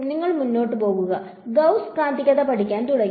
നിങ്ങൾ മുന്നോട്ട് പോകുക ഗൌസ് കാന്തികത പഠിക്കാൻ തുടങ്ങി